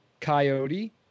Coyote